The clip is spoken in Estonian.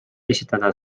esitada